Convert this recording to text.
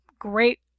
great